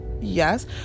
Yes